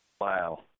Wow